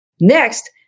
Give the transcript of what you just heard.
Next